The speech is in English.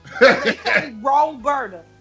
Roberta